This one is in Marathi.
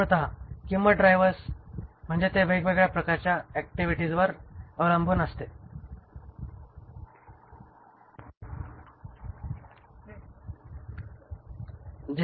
मूळत किंमत ड्राइव्हर्स म्हणजे ते वेगवेगळ्या प्रकारच्या ऍक्टिव्हिटीजवर अवलंबून असतात